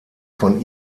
von